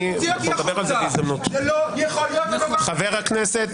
חבר הכנסת